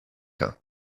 ans